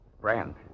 Brand